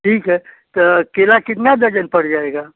ठीक है तो केला कितना दर्जन पड़ जाएगा